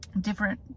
different